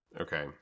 Okay